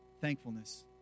thankfulness